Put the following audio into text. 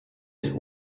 ist